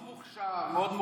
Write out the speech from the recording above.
הוא מאוד מוכשר, מאוד מוכשר.